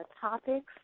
topics